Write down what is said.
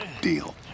Deal